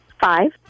Five